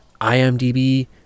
imdb